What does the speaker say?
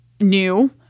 new